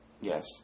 Yes